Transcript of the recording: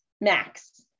max